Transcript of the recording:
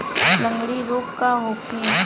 लगंड़ी रोग का होखे?